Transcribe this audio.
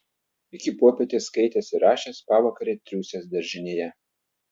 iki popietės skaitęs ir rašęs pavakare triūsęs daržinėje